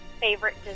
favorite